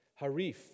Harif